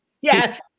Yes